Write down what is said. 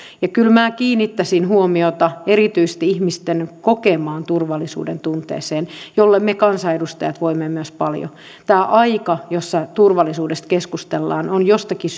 kyllä minä kiinnittäisin huomiota erityisesti ihmisten kokemaan turvallisuudentunteeseen jolle me kansanedustajat myös voimme paljon tämä aika jossa turvallisuudesta keskustellaan on jostakin